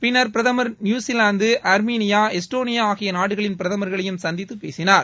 பின்னர் பிரதமர் New Zealand Armenia Estonia ஆகிய நாடகளின் பிரதமர்களையும் சந்தித்து பேசினார்